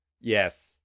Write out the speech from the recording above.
yes